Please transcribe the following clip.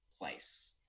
place